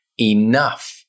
enough